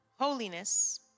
Holiness